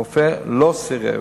הרופא לא סירב,